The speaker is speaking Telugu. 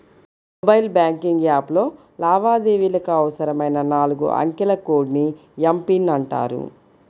మొబైల్ బ్యాంకింగ్ యాప్లో లావాదేవీలకు అవసరమైన నాలుగు అంకెల కోడ్ ని ఎమ్.పిన్ అంటారు